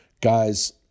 Guys